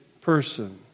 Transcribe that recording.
person